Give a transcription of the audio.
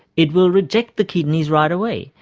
it will reject the kidneys right away.